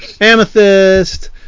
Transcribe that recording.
Amethyst